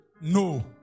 no